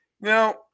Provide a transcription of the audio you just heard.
Now